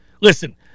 listen